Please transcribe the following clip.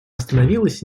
остановилась